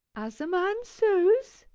as a man sows,